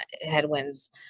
headwinds